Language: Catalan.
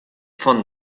font